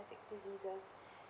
diseases